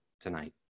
tonight